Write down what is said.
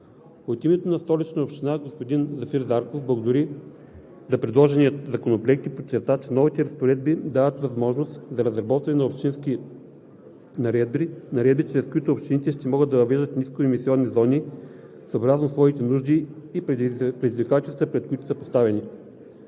От името на Столична община господин Зафир Зарков благодари за предложения законопроект и подчерта, че новите разпоредби дават възможност за разработване на общински наредби, чрез които общините ще могат да въвеждат нискоемисионни зони съобразно своите нужди и предизвикателствата, пред които са поставени.